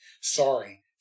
sorry